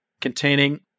containing